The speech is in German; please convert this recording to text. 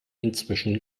inzwischen